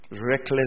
Reckless